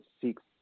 seeks